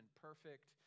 perfect